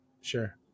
Sure